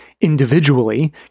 individually